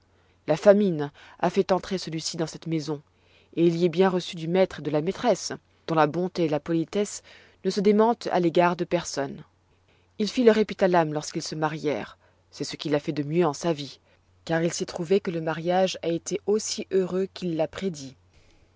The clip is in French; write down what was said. la famine a fait entrer celui-ci dans cette maison et il y est bien reçu du maître et de la maîtresse dont la bonté et la politesse ne se démentent à l'égard de personne il fit leur épithalame lorsqu'ils se marièrent c'est ce qu'il a fait de mieux en sa vie car il s'est trouvé que le mariage a été aussi heureux qu'il l'a prédit